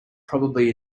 probably